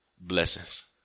blessings